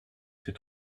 ses